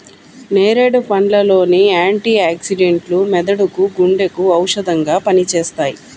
నేరేడు పండ్ల లోని యాంటీ ఆక్సిడెంట్లు మెదడుకు, గుండెకు ఔషధంగా పనిచేస్తాయి